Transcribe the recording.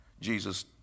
Jesus